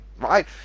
right